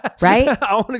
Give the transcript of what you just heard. right